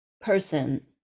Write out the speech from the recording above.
person